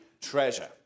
treasure